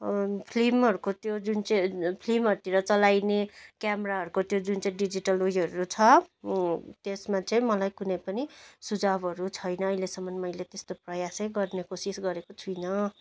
फिल्महरूको त्यो जुन चाहिँ फिल्महरूतिर चलाइने क्यामराहरूको त्यो जुन चाहिँ डिजिटल उयोहरू छ त्यसमा चाहिँ मलाई कुनै पनि सुझाउहरू छैन अहिलेसम्म मैले त्यस्तो प्रयास गर्ने कोसिस गरेको छुइनँ